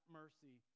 mercy